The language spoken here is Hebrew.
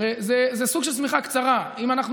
הרי זה סוג של שמיכה קצרה: אם אנחנו